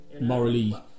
morally